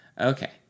Okay